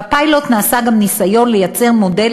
בפיילוט נעשה גם ניסיון לייצר מודל